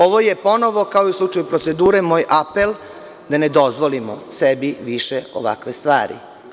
Ovo je ponovo, kao i u slučaju procedure moja apel, da ne dozvolimo sebi više ovakve stvari.